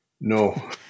No